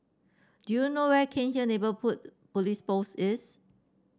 do you know where Cairnhill Neighbourhood Police Post is